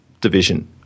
division